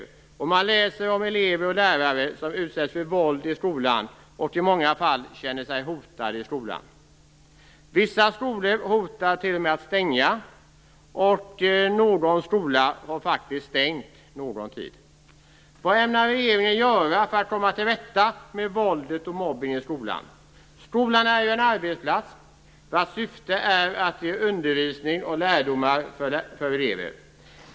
Vi kan i tidningar läsa om lärare och elever som utsätts för våld i skolan och i många fall känner sig hotade där. Vissa skolor hotar t.o.m. med att stänga, och någon skola har faktiskt stängt under en tid. Vad ämnar regeringen göra för att komma till rätta med våldet och mobbningen i skolan? Skolan är ju en arbetsplats, vars syfte är att ge eleverna undervisning och lärdomar.